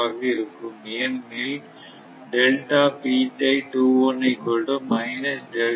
ஆக இருக்கும் ஏனெனில்